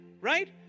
right